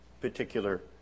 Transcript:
particular